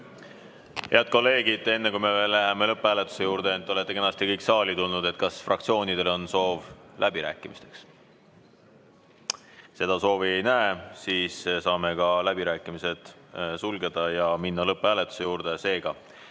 Head kolleegid, enne kui me läheme lõpphääletuse juurde – te olete kenasti kõik saali tulnud –, kas fraktsioonidel on soovi läbirääkimisteks? Seda soovi ei näe. Siis saame ka läbirääkimised sulgeda ja minna lõpphääletuse juurde. Seega